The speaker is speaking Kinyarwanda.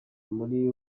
muri